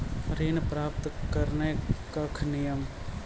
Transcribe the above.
ऋण प्राप्त करने कख नियम?